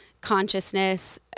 consciousness